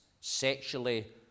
sexually